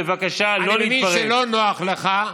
בבקשה, לא להתפרץ.